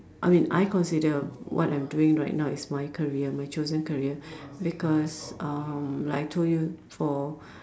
I mean I consider what I'm doing right now is my career my chosen career because um like I told you for